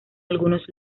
algunos